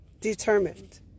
determined